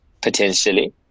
potentially